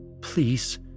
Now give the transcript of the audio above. please